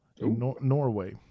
norway